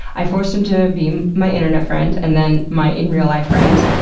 i forced him to be my internet friend and then my in-real-life friend.